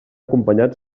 acompanyats